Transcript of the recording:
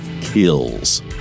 kills